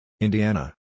Indiana